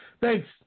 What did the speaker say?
Thanks